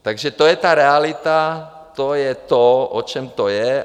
Takže to je ta realita, to je to, o čem to je.